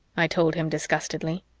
i told him disgustedly.